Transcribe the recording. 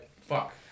Fuck